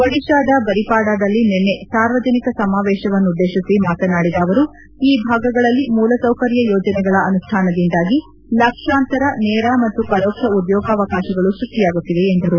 ಒಡಿಶಾದ ಬರಿಪಾಡದಲ್ಲಿ ನಿನ್ನೆ ಸಾರ್ವಜನಿಕ ಸಮಾವೇಶವನ್ನು ಉದ್ವೇಶಿಸಿ ಮಾತನಾಡಿದ ಅವರು ಈ ಭಾಗಗಳಲ್ಲಿ ಮೂಲಸೌಕರ್ಯ ಯೋಜನೆಗಳ ಅನುಷ್ಯಾನದಿಂದಾಗಿ ಲಕ್ಷಾಂತರ ನೇರ ಮತ್ತು ಪರೋಕ್ಷ ಉದ್ಯೋಗಾವಕಾಶಗಳು ಸೃಷ್ಟಿಯಾಗುತ್ತಿವೆ ಎಂದರು